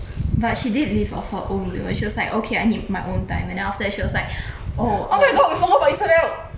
but she did leave of her own will and she was like okay I need my own time and then after that she was like oh